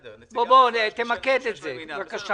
תמקד את זה, הלאה.